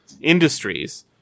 industries